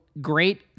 great